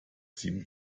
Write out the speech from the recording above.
sieben